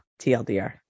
tldr